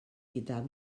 gyda